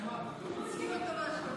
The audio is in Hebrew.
כדי להגיע לגובה?